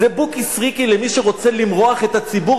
זה בוקי סריקי למי שרוצה למרוח את הציבור